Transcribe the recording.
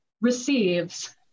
receives